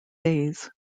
days